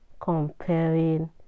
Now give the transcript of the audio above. comparing